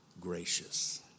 gracious